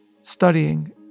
studying